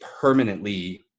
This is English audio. permanently